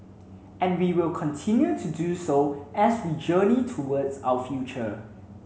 and we will continue to do so as we journey towards our future